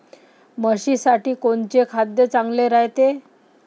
म्हशीसाठी कोनचे खाद्य चांगलं रायते?